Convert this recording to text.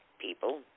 people